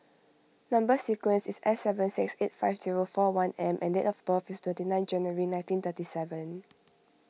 Number Sequence is S seven six eight five zero four one M and date of birth is twenty nine January nineteen thirty seven